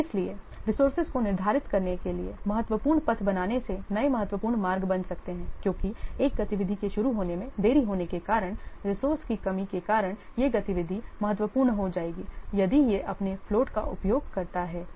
इसलिएरिसोर्सेज को निर्धारित करने के लिए महत्वपूर्ण पथ बनाने से नए महत्वपूर्ण मार्ग बन सकते हैं क्योंकि एक गतिविधि के शुरू होने में देरी होने के कारण रिसोर्से की कमी के कारण यह गतिविधि महत्वपूर्ण हो जाएगी यदि यह अपने फ्लोट का उपयोग करता है तो